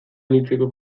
anitzeko